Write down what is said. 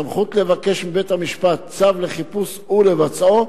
סמכות לבקש מבית-משפט צו חיפוש ולבצעו,